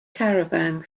caravan